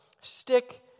Stick